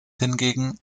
hingegen